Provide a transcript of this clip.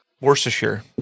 Worcestershire